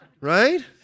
right